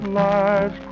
life